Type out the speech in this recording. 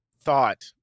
thought